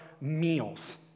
meals